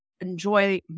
enjoy